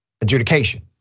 adjudication